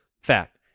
fact